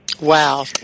Wow